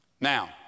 Now